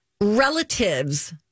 Relatives